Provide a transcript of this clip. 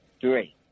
Three